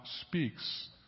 speaks